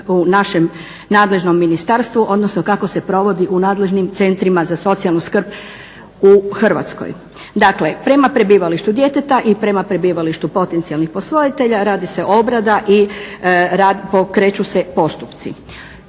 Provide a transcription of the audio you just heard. u našem nadležnom ministarstvu, odnosno kako se provodi u nadležnim centrima za socijalnu skrb u Hrvatskoj. Dakle, prema prebivalištu djeteta i prema prebivalištu potencijalnih posvojitelja radi se obrada i pokreću se postupci.